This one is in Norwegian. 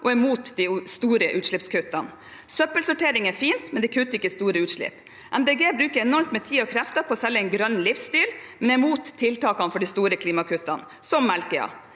og er imot de store utslippskuttene. Søppelsortering er fint, men det kutter ikke store utslipp. Miljøpartiet De Grønne bruker enormt med tid og krefter på å selge en grønn livsstil, men er imot tiltakene for de store klimagasskuttene, som Melkøya.